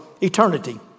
eternity